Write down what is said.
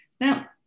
Now